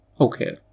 okay